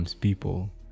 People